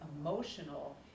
emotional